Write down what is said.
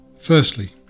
Firstly